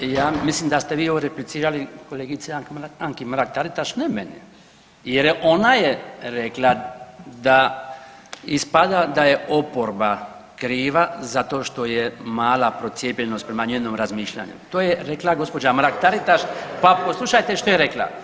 Ja mislim da ste vi ovdje replicirali kolegici Anki Mrak-Taritaš, ne meni jer je ona je rekla da ispada da je oporba kriva zato što je mala procijepljenost, prema njenom razmišljanju, to je rekla gđa. Mrak Taritaš pa poslušajte što je rekla.